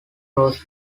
prose